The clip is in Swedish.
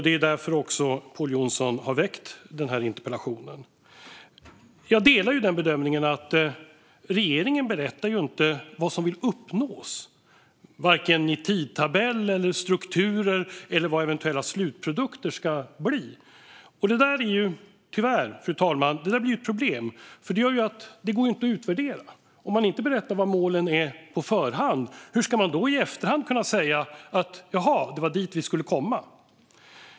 Det är också därför Pål Jonson har väckt den här interpellationen. Jag delar bedömningen att regeringen inte berättar vad den vill uppnå, vare sig när det gäller tidtabell, strukturer eller vad eventuella slutprodukter ska bli. Det där blir tyvärr ett problem, fru talman, för det gör att inget går att utvärdera. Om man inte berättar på förhand vad målen är, hur ska man då i efterhand kunna säga "Det var dit vi skulle komma"?